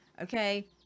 Okay